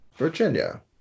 Virginia